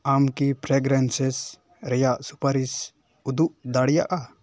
ᱟᱢ ᱠᱤ ᱯᱨᱟᱜᱨᱟᱱᱥᱮᱥ ᱨᱮᱭᱟᱜ ᱥᱩᱯᱟᱨᱤᱥ ᱩᱫᱩᱜ ᱫᱟᱲᱮᱭᱟᱜᱼᱟ